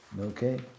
Okay